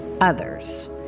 others